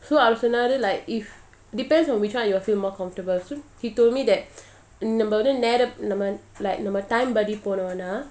so அவருசொன்னாரு:avaru sonnaru like if depends on which [one] you will feel more comfortable so he told me that நம்மநேரம்நம்ம:namma neram namma time படிபோனோம்னா:padi ponomna